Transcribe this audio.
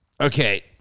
Okay